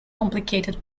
complicated